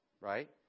Right